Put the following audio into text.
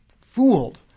fooled